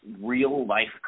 real-life